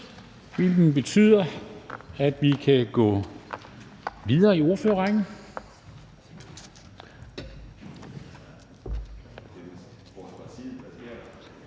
hvilket betyder, at vi kan gå videre i ordførerrækken.